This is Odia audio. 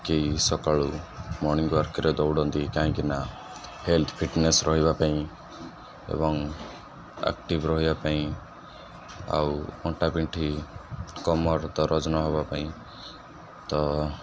କେହି ସକାଳୁ ମର୍ଣିଙ୍ଗ୍ ୱାର୍କ୍ରେ ଦୌଡ଼ନ୍ତି କାହିଁକିନା ହେଲ୍ଥ ଫିଟ୍ନେସ୍ ରହିବା ପାଇଁ ଏବଂ ଆକ୍ଟିଭ୍ ରହିବା ପାଇଁ ଆଉ ଅଣ୍ଟା ପିଣ୍ଠି କମର ଦରଜ ନ ହବା ପାଇଁ ତ